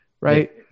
right